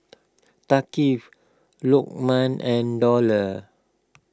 Thaqif Lukman and Dollah